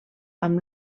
amb